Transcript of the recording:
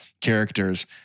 characters